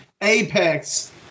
Apex